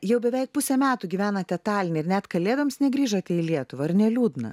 jau beveik pusę metų gyvenate taline ir net kalėdoms negrįžote į lietuvą ar neliūdna